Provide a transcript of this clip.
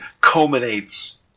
culminates